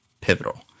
pivotal